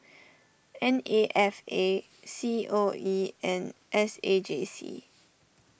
N A F A C O E and S A J C